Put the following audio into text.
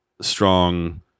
strong